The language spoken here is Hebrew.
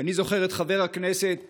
אני זוכר את חבר הכנסת ליברמן,